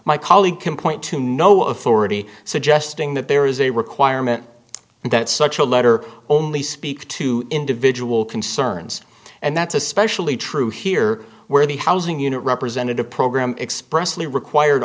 my colleague can point to no authority suggesting that there is a requirement that such a letter only speak to individual concerns and that's especially true here where the housing unit represented a program expressly required